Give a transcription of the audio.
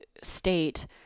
state